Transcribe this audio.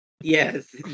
Yes